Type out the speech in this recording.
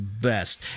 best